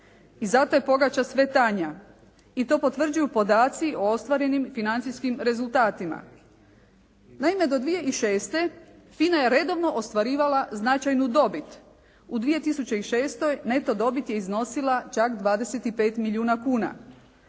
I zato je pogača sve tanja, i to potvrđuju podaci o ostvarenim financijskim rezultatima. Naime, do 2006. FINA je redovno ostvarivala značajnu dobit. U 2006. neto dobit je iznosila čak 25 milijuna kuna.